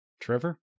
Trevor